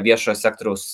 viešojo sektoriaus